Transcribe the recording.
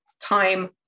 time